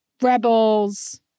Rebels